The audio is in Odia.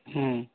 ହୁଁ